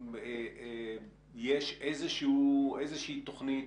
יש איזושהי תוכנית,